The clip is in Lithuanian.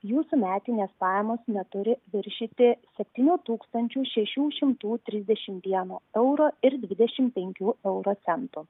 jūsų metinės pajamos neturi viršyti septynių tūkstančių šešių šimtų trisdešim vieno euro ir devidešim penkių euro centų